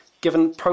given